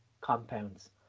compounds